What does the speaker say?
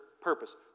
purpose